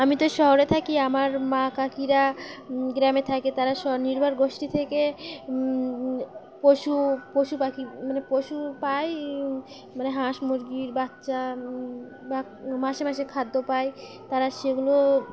আমি তো শহরে থাকি আমার মা কাকিরা গ্রামে থাকে তারা স্বনির্ভর গোষ্ঠী থেকে পশু পশু পাখি মানে পশু পায় মানে হাঁস মুরগির বাচ্চা বা মাসে মাসে খাদ্য পায় তারা সেগুলো